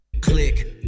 click